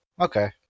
okay